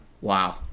Wow